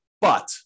But-